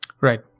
Right